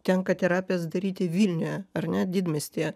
tenka terapijas daryti vilniuje ar ne didmiestyje